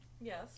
Yes